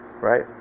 Right